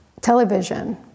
television